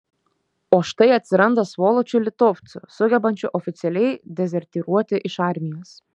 o štai atsiranda svoločių litovcų sugebančių oficialiai dezertyruoti iš armijos